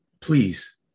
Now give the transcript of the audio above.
please